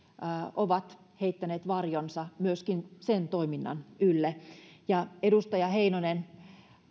ovat heittäneet varjonsa myöskin sen toiminnan ylle ja edustaja heinonen